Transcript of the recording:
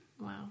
Wow